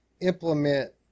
implement